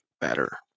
better